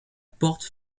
porte